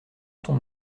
tombe